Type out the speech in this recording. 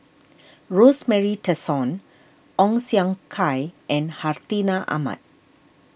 Rosemary Tessensohn Ong Siong Kai and Hartinah Ahmad